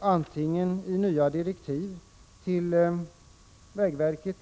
antingen i form av nya direktiv till vägverket